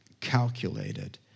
calculated